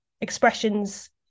expressions